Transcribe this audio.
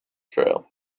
trail